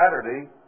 Saturday